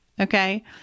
Okay